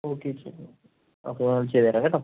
okay ശരി അപ്പം ചെയ്തുതരാം കേട്ടോ